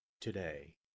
today